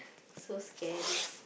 so scary